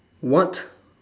what